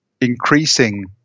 increasing